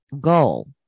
goal